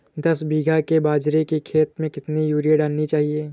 दस बीघा के बाजरे के खेत में कितनी यूरिया डालनी चाहिए?